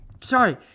Sorry